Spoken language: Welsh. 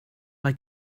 mae